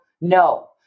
no